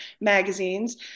magazines